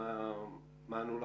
מה ענו לכם?